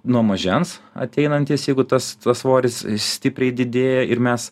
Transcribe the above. nuo mažens ateinantys jeigu tas svoris stipriai didėja ir mes